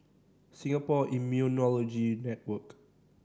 Singapore Immunology Network